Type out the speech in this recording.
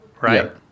right